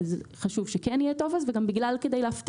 לכן חשוב שכן יהיה טופס וגם כדי להבטיח